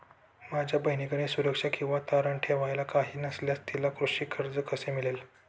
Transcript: माझ्या बहिणीकडे सुरक्षा किंवा तारण ठेवायला काही नसल्यास तिला कृषी कर्ज कसे मिळेल?